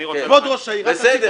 אני רוצה --- כבוד ראש העיר --- חברי,